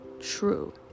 true